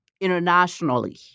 internationally